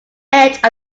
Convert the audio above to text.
edge